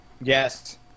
Yes